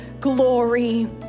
glory